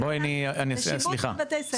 וגם בשיבוץ בבתי ספר.